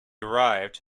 arrived